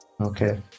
Okay